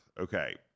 Okay